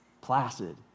placid